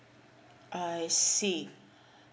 I see